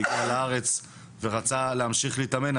שהגיע לארץ ורצה להמשיך להתאמן,